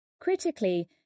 Critically